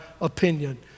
opinion